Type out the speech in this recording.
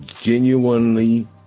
genuinely